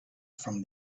from